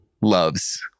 Loves